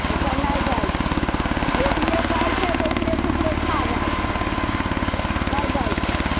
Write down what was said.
ओ सब नहि दैइ छै मोदियो दै छै तऽ उपरे से उपरे खा जाइत छै नहि दै छै